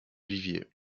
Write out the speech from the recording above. viviers